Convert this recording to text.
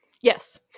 Yes